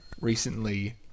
recently